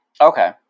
Okay